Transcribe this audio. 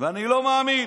ואני לא מאמין.